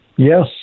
Yes